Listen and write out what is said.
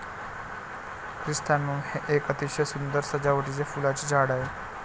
chrysanthemum हे एक अतिशय सुंदर सजावटीचे फुलांचे झाड आहे